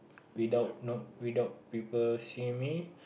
without no without people seeing me